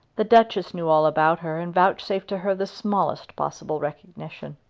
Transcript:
the duchess knew all about her and vouchsafed to her the smallest possible recognition.